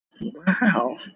Wow